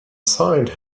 signed